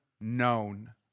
known